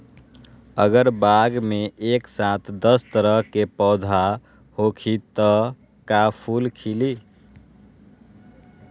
अगर बाग मे एक साथ दस तरह के पौधा होखि त का फुल खिली?